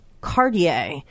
Cartier